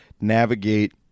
navigate